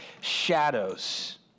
Shadows